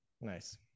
Nice